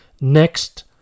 next